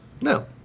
No